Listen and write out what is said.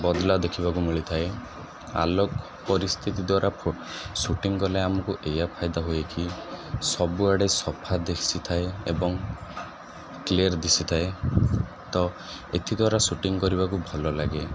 ବଦଲା ଦେଖିବାକୁ ମିଳିଥାଏ ଆଲୋକ ପରିସ୍ଥିତି ଦ୍ୱାରା ସୁଟିଙ୍ଗ କଲେ ଆମକୁ ଏଇଆ ଫାଇଦା ହୁଏ କି ସବୁଆଡ଼େ ସଫା ଦିଶିଥାଏ ଏବଂ କ୍ଲିଅର୍ ଦିଶିଥାଏ ତ ଏଥିଦ୍ୱାରା ସୁଟିଙ୍ଗ କରିବାକୁ ଭଲ ଲାଗେ